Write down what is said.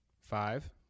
five